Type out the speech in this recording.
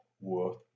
worth